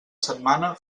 setmana